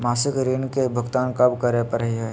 मासिक ऋण के भुगतान कब करै परही हे?